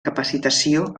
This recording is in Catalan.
capacitació